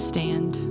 stand